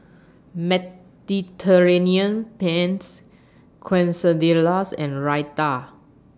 Mediterranean Pennes Quesadillas and Raita